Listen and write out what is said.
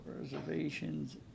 reservations